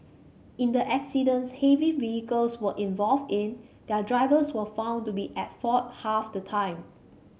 in the accidents heavy vehicles were involved in their drivers were found to be at fault half the time